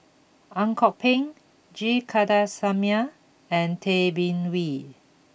Ang Kok Peng G Kandasamy and Tay Bin Wee